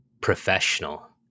professional